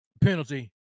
penalty